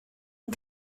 and